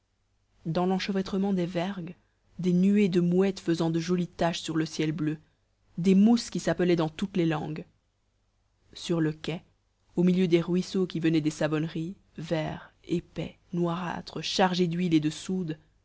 dans l'enchevêtrement des vergues des nuées de mouettes faisant de jolies taches sur le ciel bleu des mousses qui s'appelaient dans toutes les langues sur le quai au milieu des ruisseaux qui venaient des savonneries verts épais noirâtres chargés d'huile et de soude